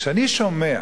כשאני שומע: